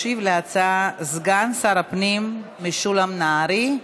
ישיב על ההצעה סגן שר הפנים משולם נהרי.